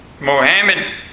Mohammed